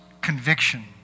conviction